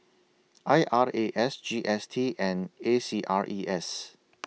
I R A S G S T and A C R E S